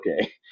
okay